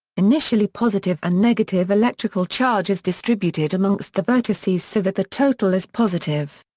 initially positive and negative electrical charge is distributed amongst the vertices so that the total is positive.